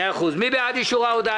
מי בעד אישור ההודעה?